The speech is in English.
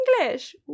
English